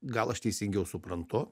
gal aš teisingiau suprantu